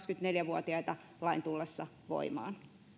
vuotiaita lain tullessa voimaan